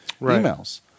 emails